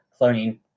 cloning